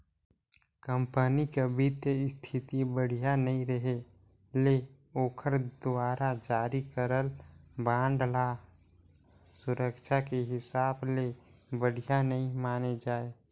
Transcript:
company के बित्तीय इस्थिति बड़िहा नइ रहें ले ओखर दुवारा जारी करल बांड ल सुरक्छा के हिसाब ले बढ़िया नइ माने जाए